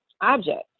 object